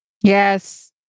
Yes